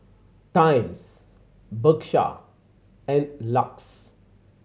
Times Bershka and LUX